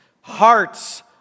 Hearts